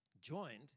Joined